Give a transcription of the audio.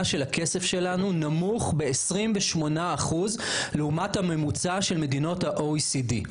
של הכסף שלנו נמוך ב-28% לעומת הממוצע של מדינות ה- OECD,